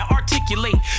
articulate